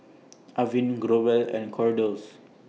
Avene Growell and Kordel's